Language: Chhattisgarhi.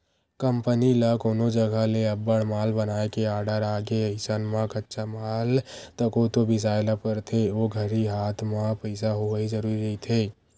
कंपनी ल कोनो जघा ले अब्बड़ माल बनाए के आरडर आगे अइसन म कच्चा माल तको तो बिसाय ल परथे ओ घरी हात म पइसा होवई जरुरी रहिथे